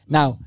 Now